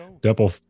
Double